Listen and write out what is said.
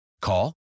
Call